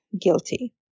guilty